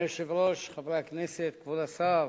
אדוני היושב-ראש, חברי הכנסת, כבוד השר,